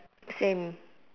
same